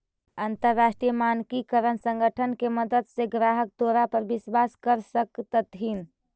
अंतरराष्ट्रीय मानकीकरण संगठन के मदद से ग्राहक तोरा पर विश्वास कर सकतथीन